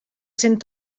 cent